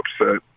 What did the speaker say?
upset